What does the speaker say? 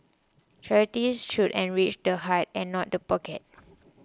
charity should enrich the heart and not the pocket